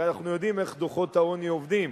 הרי אנחנו יודעים איך דוחות העוני עובדים.